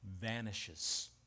vanishes